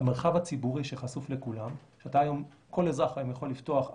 כל אזרח היום יכול לפתוח אתר,